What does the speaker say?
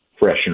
freshener